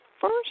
first